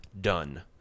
done